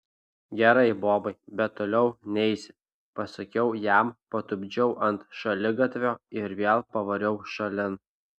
gerai bobai bet toliau neisi pasakiau jam patupdžiau ant šaligatvio ir vėl pavariau šalin